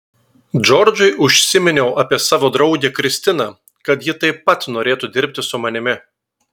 džordžui užsiminiau apie savo draugę kristiną kad ji taip pat norėtų dirbti su manimi